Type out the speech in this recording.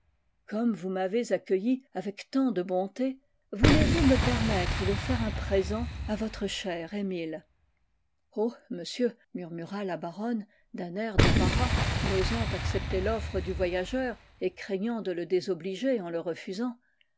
comme vous m'avez accueilli avec tant de bonté voulez-vous me permettre de faire un présent à votre cher emile oh monsieur murmura la baronne d'un air d'embarras n'osant accepter l'offre du voyageur et craignant de le désobliger en le refusant